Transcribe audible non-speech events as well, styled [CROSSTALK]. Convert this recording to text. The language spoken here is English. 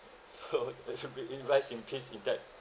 so [NOISE] it should be in rest in peace in that